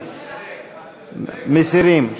מסירים.